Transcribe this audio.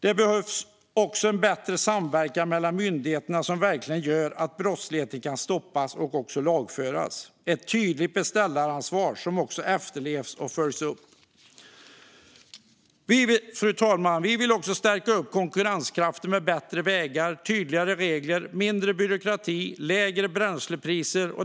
Det behövs också en bättre samverkan mellan myndigheterna som verkligen gör att brottslingarna kan stoppas och också lagföras. Det behövs även ett tydligt beställaransvar som efterlevs och följs upp. Fru talman! Vi vill också stärka upp konkurrenskraften med bättre vägar, tydligare regler, mindre byråkrati och lägre bränslepriser.